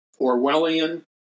Orwellian